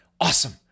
Awesome